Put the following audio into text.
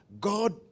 God